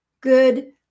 good